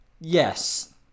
yes